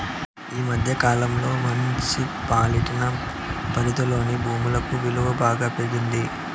ఈ మధ్య కాలంలో మున్సిపాలిటీ పరిధిలోని భూముల విలువ బాగా పెరిగింది